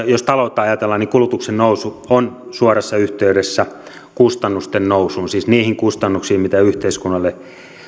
jos taloutta ajatellaan että kulutuksen nousu on suorassa yhteydessä kustannusten nousuun siis niihin kustannuksiin mitä yhteiskunnalle